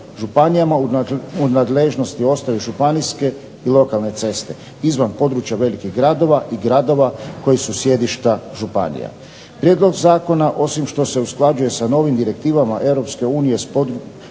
u nadležnosti ostaju županijske i lokalne ceste izvan područja velikih gradova i gradova koji su sjedišta županija. Prijedlog zakona osim što se usklađuje sa novim direktivama EU s